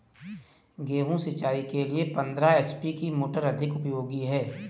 गेहूँ सिंचाई के लिए पंद्रह एच.पी की मोटर अधिक उपयोगी है?